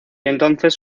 entonces